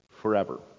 forever